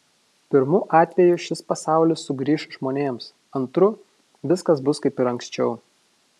pirmu atveju šis pasaulis sugrįš žmonėms antru viskas bus kaip ir anksčiau